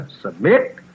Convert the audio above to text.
submit